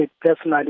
personally